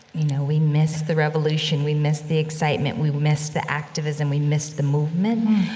you know, we missed the revolution. we missed the excitement. we we missed the activism. we missed the movement.